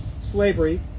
slavery